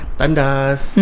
tandas